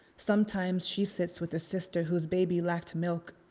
sometimes she sits with a sister who's baby lacked milk.